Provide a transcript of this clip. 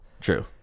True